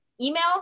email